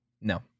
No